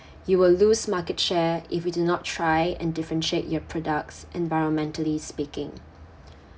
you will lose market share if you do not try and differentiate your products environmentally speaking